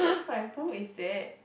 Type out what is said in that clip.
like who is that